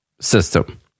system